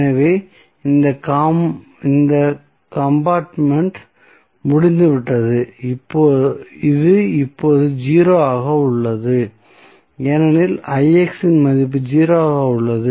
எனவே இந்த கம்பார்ட்மெண்ட் முடிந்துவிட்டது இது இப்போது 0 ஆக உள்ளது ஏனெனில் மதிப்பு 0 ஆக உள்ளது